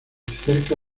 cerca